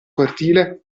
cortile